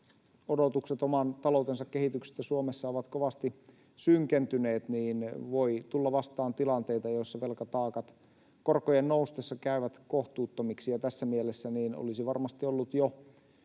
odotukset oman taloutensa kehityksestä Suomessa ovat kovasti synkentyneet, niin voi tulla vastaan tilanteita, joissa velkataakat korkojen noustessa käyvät kohtuuttomiksi. Tässä mielessä olisi varmasti ollut jo